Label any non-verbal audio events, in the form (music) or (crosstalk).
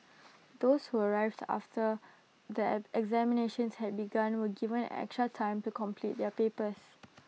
those who arrived after the (hesitation) examinations had begun were given extra time to complete their papers